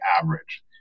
average